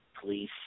police